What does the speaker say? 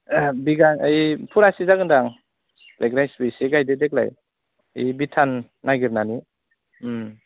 बिगा ओइ फुवासे जागोनदां ब्लेक राइसबो एसे गायदो देग्लाय ओइ बे थान नायगिरनानै